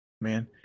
Man